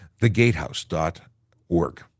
thegatehouse.org